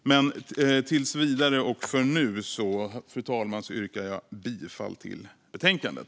Tills vidare och för nu, fru talman, yrkar jag bifall till förslaget i betänkandet.